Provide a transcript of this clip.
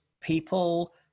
people